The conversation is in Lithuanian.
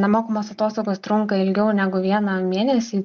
nemokamos atostogos trunka ilgiau negu vieną mėnesį